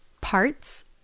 parts